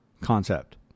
concept